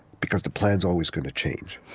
because the plan's always going to change.